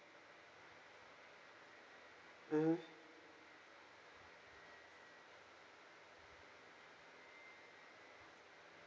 mmhmm